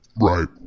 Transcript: Right